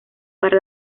para